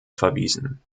verwiesen